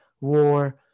war